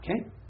okay